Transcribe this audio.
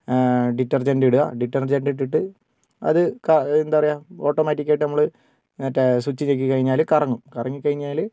detergent ഇടുക detergent ഇട്ടിട്ട് അത് എന്താ പറയുക ഓട്ടോമാറ്റിക്ക് ആയിട്ട് നമ്മൾ മറ്റേ സ്വിച്ച് ഞെക്കി കഴിഞ്ഞാൽ കറങ്ങും കറങ്ങി കഴിഞ്ഞാൽ